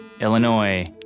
Illinois